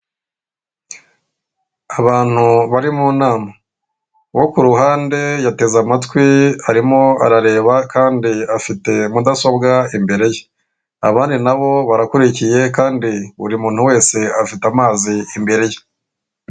Abantu bari mu nama uwo ku ruhande yateze amatwi arimo arareba, kandi afite mudasobwa imbere ye. Abandi na bo barakurikiye kandi buri muntu wese afite amazi imbere ye.